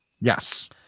Yes